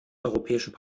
europäischen